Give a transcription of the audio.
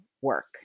work